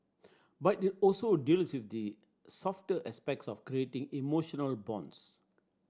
but it also deals with the softer aspects of creating emotional bonds